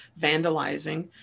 vandalizing